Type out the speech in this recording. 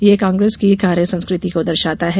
ये कांग्रेस की कार्य संस्कृति को दर्शाता है